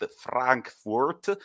Frankfurt